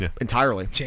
Entirely